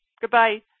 goodbye